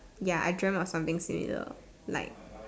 ya I dreamt of something similar like